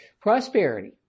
prosperity